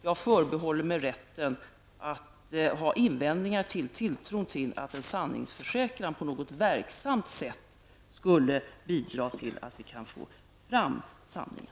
Jag förbehåller mig rätten att ha invändningar mot tilltron till att en sanningsförsäkran på något verksamt sätt skulle bidra till att vi kan få fram sanningen.